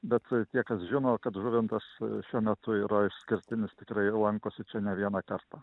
bet tie kas žino kad žuvintas šiuo metu yra išskirtinis tikrai lankosi čia ne vieną kartą